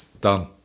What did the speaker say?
Done